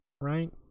Right